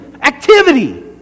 activity